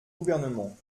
gouvernement